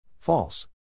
False